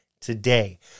today